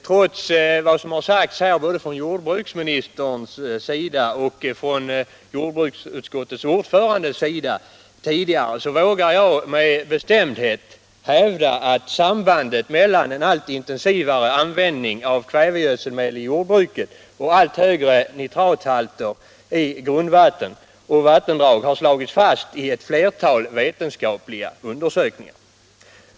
Trots vad som sagts här tidigare av både jordbruksministern och jordbruksutskottets ordförande vågar jag med bestämdhet hävda att sambandet mellan en allt intensivare användning av kvävegödselmedel i jordbruket och allt högre nitrathalter i grundvatten och vattendrag har slagits fast i ett flertal vetenskapliga undersökningar.